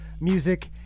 music